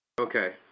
Okay